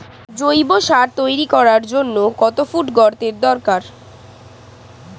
জৈব সার তৈরি করার জন্য কত ফুট গর্তের দরকার?